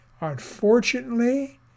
Unfortunately